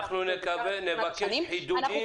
אנחנו מבקשים שיהיה חידוד של הנוסח.